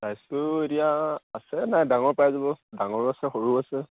এতিয়া আছে এই নাই ডাঙৰ পাই যাব ডাঙৰো আছে সৰুও আছে